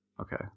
Okay